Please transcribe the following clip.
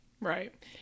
Right